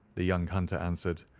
the young hunter answered.